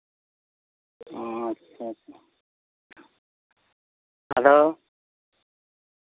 ᱚ ᱟᱪᱪᱷᱟ ᱟᱫᱚ